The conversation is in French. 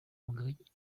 hongrie